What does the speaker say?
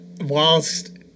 Whilst